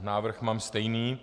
Návrh mám stejný.